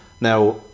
Now